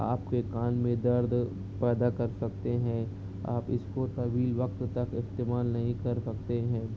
آپ کے کان میں درد پیدا کر سکتے ہیں آپ اس کو طویل وقت تک استعمال نہیں کر سکتے ہیں